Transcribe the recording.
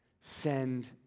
Send